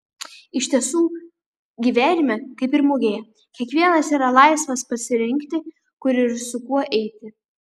iš tiesų gyvenime kaip ir mugėje kiekvienas yra laisvas pasirinkti kur ir su kuo eiti